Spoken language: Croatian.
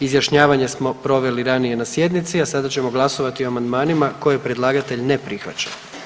Izjašnjavanje smo proveli ranije na sjednici, a sada ćemo glasovati o amandmanima koje predlagatelj ne prihvaća.